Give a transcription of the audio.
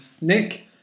Nick